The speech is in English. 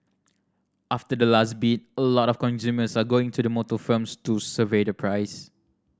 after the last bid a lot of consumers are going to the motor firms to survey the price